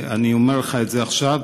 אני אומר לך את זה עכשיו,